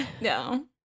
no